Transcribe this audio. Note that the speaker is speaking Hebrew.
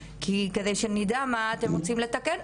כדי שנדע מה אתם רוצים לתקן.